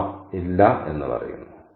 അമ്മ ഇല്ല എന്നു പറയുന്നു